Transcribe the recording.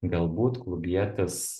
galbūt klubietis